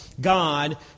God